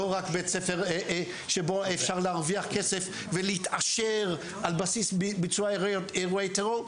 לא רק בית ספר שבו אפשר להרוויח כסף ולהתעשר על בסיס ביצוע אירועי טרור,